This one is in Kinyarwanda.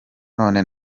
none